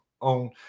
own